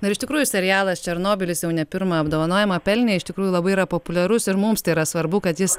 nu ir iš tikrųjų serialas černobylis jau ne pirmą apdovanojimą pelnė iš tikrųjų labai yra populiarus ir mums tai yra svarbu kad jis